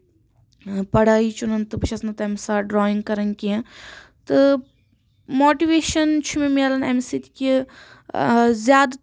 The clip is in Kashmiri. پَڑٲیی چُنُن تہٕ بہٕ چھَس نہٕ تَمہِ ساتہ ڈراینٛگ کَران کیٚنٛہہ تہٕ ماٹِویشن چھُ مےٚ مِلان اَمہِ سۭتۍ کہِ زیادٕ